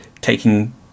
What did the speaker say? taking